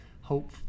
hope